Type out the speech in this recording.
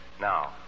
Now